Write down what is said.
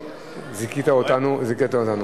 לפי הרשימה.